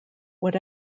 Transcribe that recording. what